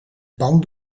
pan